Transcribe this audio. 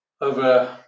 over